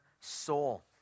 soul